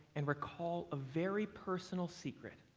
and recall a very personal secret.